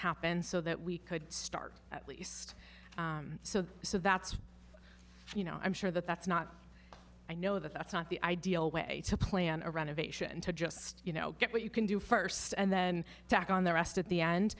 happen so that we could start at least so so that's you know i'm sure that that's not i know that's not the ideal way to plan a renovation to just you know get what you can do first and then tack on the rest at the end